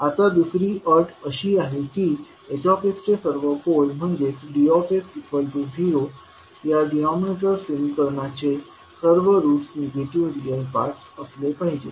आता दुसरी अट अशी की Hचे सर्व पोलस् म्हणजेच D 0 या डिनॉमिनेटर समीकरणाचे सर्व रूट्स निगेटिव्ह रियल पार्टस् असले पाहिजे